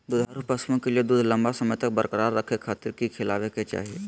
दुधारू पशुओं के दूध लंबा समय तक बरकरार रखे खातिर की खिलावे के चाही?